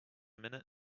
minute